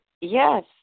Yes